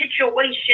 situation